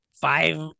five